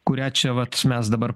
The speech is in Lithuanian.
kurią čia vat mes dabar